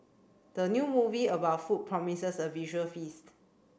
the new movie about food promises a visual feast